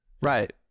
Right